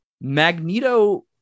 Magneto